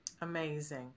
Amazing